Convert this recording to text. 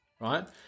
Right